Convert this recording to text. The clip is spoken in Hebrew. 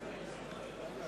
יואל אדלשטיין,